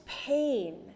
pain